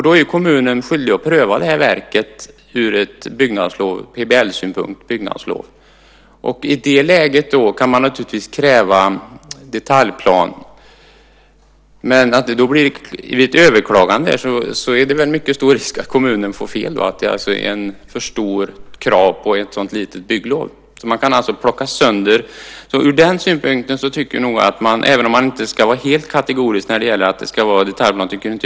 Då är kommunen skyldig att pröva det här verket ur PBL-synpunkt när det gäller byggnadslov. I det läget kan man naturligtvis kräva en detaljplan, men vid ett överklagande är det mycket stor risk att kommunen får fel. Det är ett för stort krav på ett så litet bygglov. Man kan alltså plocka sönder detta. Ur den synpunkten tycker jag nog inte att man ska vara helt kategorisk när det gäller att det ska vara detaljplan.